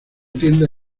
tienda